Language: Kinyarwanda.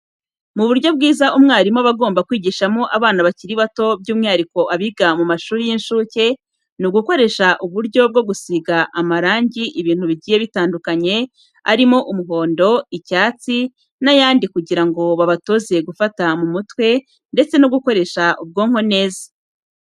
Mu buryo bwiza umwarimu aba agomba kwigishamo abana bakiri bato by'umwihariko abiga mu mashuri y'incuke, ni ugukoresha uburyo bwo gusiga amarangi ibintu bigiye bitandukanye, arimo umuhondo, icyatsi n'ayandi kugira ngo babatoze gufata mu mutwe ndetse no gukoresha ubwonko neza.